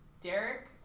Derek